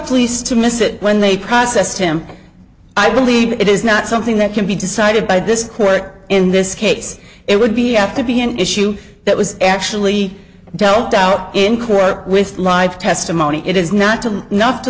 police to miss it when they process him i believe it is not something that can be decided by this court in this case it would be have to be an issue that was actually dealt out in court with live testimony it is not to me not to